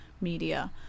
media